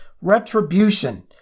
retribution